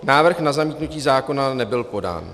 Návrh na zamítnutí zákona nebyl podán.